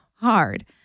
hard